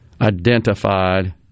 identified